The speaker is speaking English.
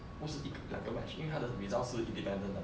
不是一个两个 match 因为他的 results 是 independent 的